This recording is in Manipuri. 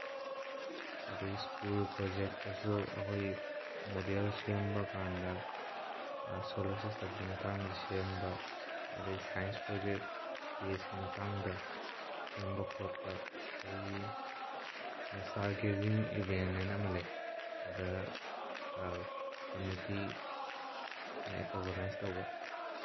ꯑꯗꯨꯗꯩ ꯁ꯭ꯀꯨꯜ ꯄ꯭ꯔꯣꯖꯦꯛꯇꯁꯨ ꯑꯩꯈꯣꯏꯒꯤ ꯃꯣꯗꯦꯜ ꯁꯦꯝꯕ ꯀꯥꯟꯗ ꯁꯣꯂꯔ ꯁꯤꯁꯇꯝꯒꯤ ꯃꯇꯥꯡꯗ ꯁꯦꯝꯕ ꯑꯗꯨꯗꯩ ꯁꯥꯏꯟꯁ ꯄ꯭ꯔꯣꯖꯦꯛ ꯏꯁꯄꯦꯁꯀꯤ ꯃꯇꯥꯡꯗ ꯁꯦꯝꯕ ꯈꯣꯠꯄ ꯑꯗꯩꯒꯤ ꯏꯁꯇꯥꯔ ꯒꯦꯖꯤꯡ ꯏꯚꯦꯟ ꯍꯥꯏꯅ ꯑꯃ ꯂꯩ ꯑꯗꯨꯗ ꯀꯃꯤꯇꯤꯅ ꯑꯣꯔꯒꯅꯥꯏꯁ ꯇꯧꯕ